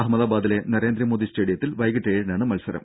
അഹമ്മദാബാദിലെ നരേന്ദ്രമോദി സ്റ്റേഡിയത്തിൽ വൈകീട്ട് ഏഴിനാണ് മൽസരം